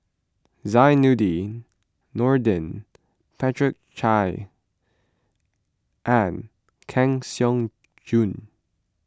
Zainudin Nordin Patricia Chan and Kang Siong Joo